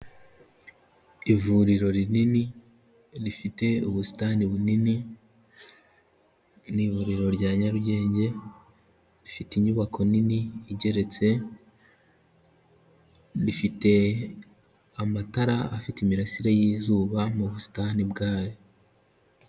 Ivuriro rinini rifite ubusitani bunini, ni ivuriro rya Nyarugenge rifite inyubako nini igeretse, rifite amatara afite imirasire y'izuba mu busitani bwayo.